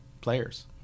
players